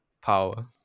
Power